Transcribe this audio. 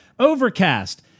overcast